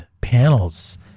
panels